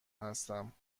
هستم